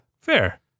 Fair